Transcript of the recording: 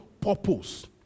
purpose